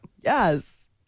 Yes